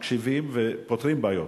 שמקשיבים ופותרים בעיות.